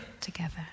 together